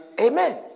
Amen